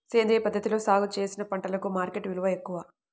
సేంద్రియ పద్ధతిలో సాగు చేసిన పంటలకు మార్కెట్ విలువ ఎక్కువ